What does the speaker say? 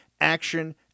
Action